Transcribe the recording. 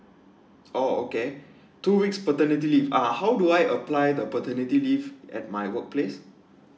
oh okay two weeks paternity leave ah how do I apply the paternity leave at my workplace